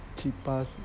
去巴刹